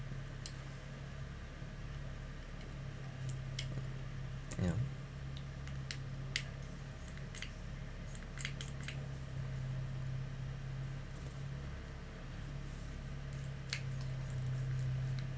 ya